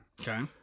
Okay